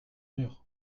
mûres